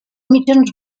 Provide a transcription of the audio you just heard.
mitjons